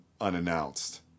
unannounced